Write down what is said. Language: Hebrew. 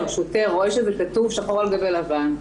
שוטר רואה שזה כתוב שחור על גבי לבן,